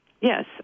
Yes